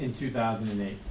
in two thousand and eight